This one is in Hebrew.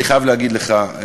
אני חייב להגיד לך,